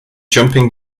jumping